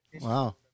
Wow